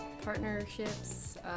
partnerships